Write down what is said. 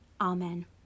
Amen